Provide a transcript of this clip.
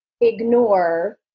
ignore